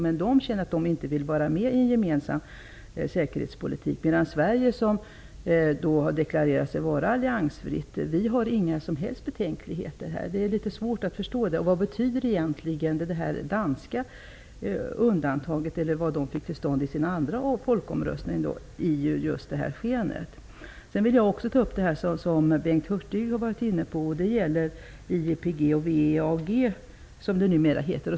Ändå kände man att man inte ville vara med i en gemensam säkerhetspolitik. Sverige däremot, som har deklarerat sig vara alliansfritt, har inga som helst betänkligheter. Det är litet svårt att förstå. Vad betyder det danska undantaget, som de fick till stånd genom sin andra folkomröstning? Jag vill också ta upp frågan om IEPG och VEAG, som det numera heter.